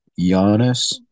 Giannis